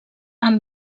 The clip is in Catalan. han